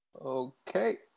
Okay